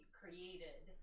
created